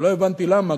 ולא הבנתי למה,